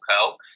curl